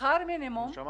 בשכר מינימום --- מה שאמרתי,